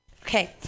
Okay